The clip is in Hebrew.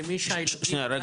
למי ש- -- רגע,